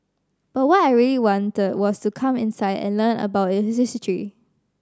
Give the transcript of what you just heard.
but what I really wanted was to come inside and learn about its history